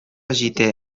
җитә